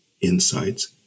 insights